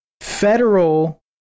federal